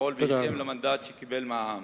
לפעול בהתאם למנדט שקיבל מהעם.